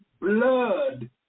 blood